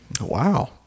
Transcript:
Wow